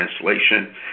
translation